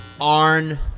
Arn